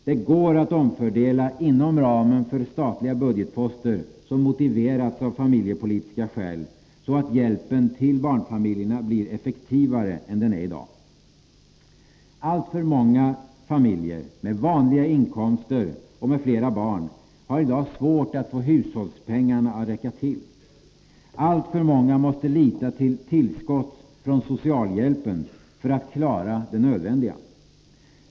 Det går att omfördela inom ramen för statliga budgetposter som motiverats av familjepolitiska skäl, så att hjälpen till barnfamiljerna blir effektivare. Alltför många familjer med vanliga inkomster och flera barn har i dag svårt att få hushållspengarna att räcka till. Alltför många måste lita till tillskott från socialhjälpen för att klara det nödvändiga.